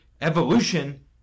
evolution